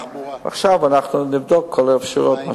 עכשיו נבדוק את כל האפשרויות.